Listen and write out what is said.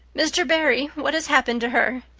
mr. barry, what has happened to her?